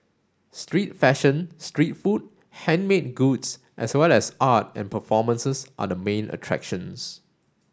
street fashion street food handmade goods as well as art and performances are the main attractions